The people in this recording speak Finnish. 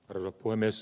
arvoisa puhemies